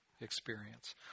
experience